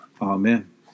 Amen